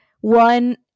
one